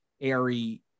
airy